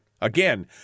Again